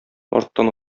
арттан